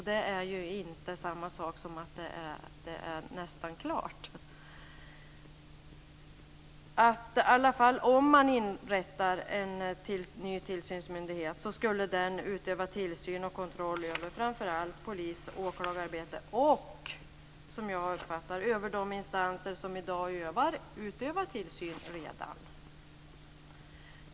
Det är ju inte samma sak som att det nästan är klart. Om man inrättar en ny tillsynsmyndighet så ska den utöva tillsyn och kontroll över framför allt polisoch åklagararbete och, som jag uppfattar det, över de instanser som redan i dag utövar tillsyn.